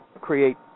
create